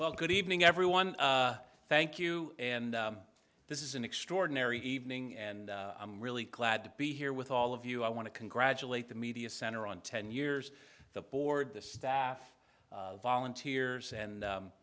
well good evening everyone thank you and this is an extraordinary evening and i'm really glad to be here with all of you i want to congratulate the media center on ten years the board the staff volunteers and